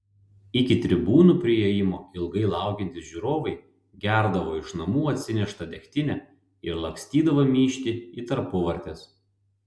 iki tribūnų priėjimo ilgai laukiantys žiūrovai gerdavo iš namų atsineštą degtinę ir lakstydavo myžti į tarpuvartes